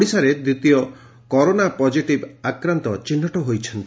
ଓଡ଼ିଶାରେ ଦିତୀୟ corona positive ଆକ୍ରାନ୍ତ ଚିହ୍ଟ ହୋଇଛନ୍ତି